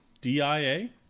D-I-A